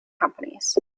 companies